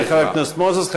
תודה לחבר הכנסת מוזס.